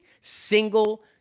single